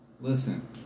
Listen